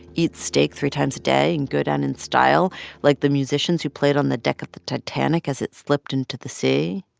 eat steak three times a day and go down in style like the musicians who played on the deck of the titanic as it slipped into the sea?